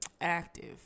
active